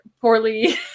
poorly